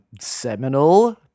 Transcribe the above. seminal